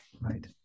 Right